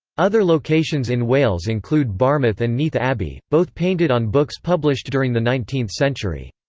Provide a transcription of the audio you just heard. other locations in wales include barmouth and neath abbey, both painted on books published during the nineteenth century.